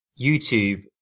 YouTube